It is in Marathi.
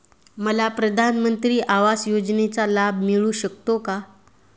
मला प्रधानमंत्री आवास योजनेचा लाभ मिळू शकतो का?